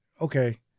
Okay